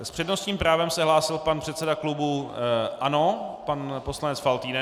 S přednostním právem se hlásí pan předseda klubu ANO, pan poslanec Faltýnek.